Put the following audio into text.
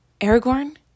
aragorn